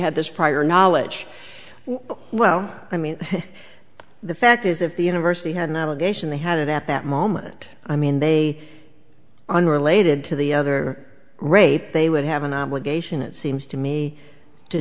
had this prior knowledge well i mean the fact is if the university had an obligation they had it at that moment i mean they unrelated to the other rape they would have an obligation it seems to me to